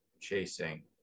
chasing